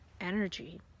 energy